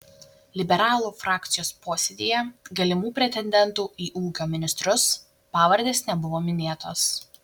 liberalų frakcijos posėdyje galimų pretendentų į ūkio ministrus pavardės nebuvo minėtos